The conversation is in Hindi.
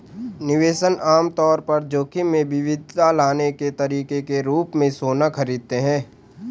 निवेशक आम तौर पर जोखिम में विविधता लाने के तरीके के रूप में सोना खरीदते हैं